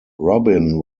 robin